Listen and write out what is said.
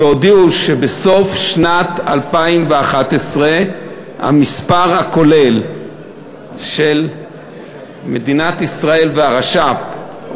והודיעו שבסוף שנת 2011 המספר הכולל של תושבי מדינת ישראל והרש"פ,